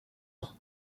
ans